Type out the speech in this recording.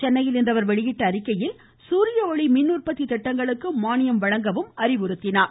சென்னையில் இன்று வெளியிட்டுள்ள அறிக்கையில் குரியஒளி மின்உற்பத்தி திட்டங்களுக்கு மானியம் வழங்கவும் அவர் அறிவுறுத்தினார்